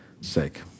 sake